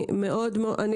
אני